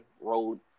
road